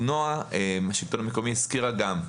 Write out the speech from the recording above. נועה מהשלטון המקומי הזכירה גם,